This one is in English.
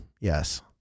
Yes